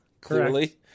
Clearly